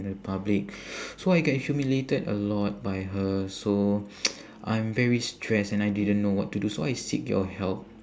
in the public so I get humiliated a lot by her so I'm very stressed and I didn't know what to do so I seek your help